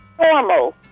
Normal